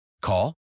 Call